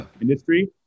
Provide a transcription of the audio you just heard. industry